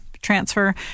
transfer